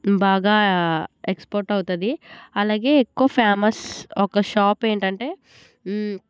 బాగా ఎక్స్పోర్ట్ అవుతుంది అలాగే ఎక్కువ ఫేమస్ ఒక షాప్ ఏంటంటే